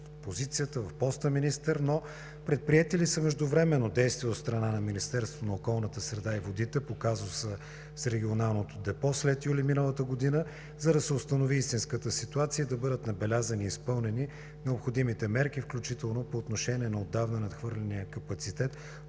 встъпвате в поста „министър“: предприети ли са междувременно действия от страна на Министерството на околната среда и водите по казуса с Регионалното депо след юли месец миналата година, за да се установи истинската ситуация и да бъдат набелязани и изпълнени необходимите мерки, включително по отношение на отдавна надхвърления капацитет,